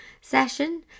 session